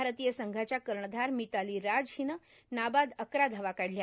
भारतीय संघाच्या कर्णधार मिताली राज हिनं नाबाद अकरा धावा काढल्या